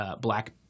black